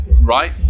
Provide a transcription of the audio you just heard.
right